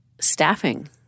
staffing